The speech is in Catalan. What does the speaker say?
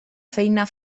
feina